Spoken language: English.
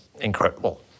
incredible